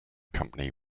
company